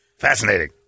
Fascinating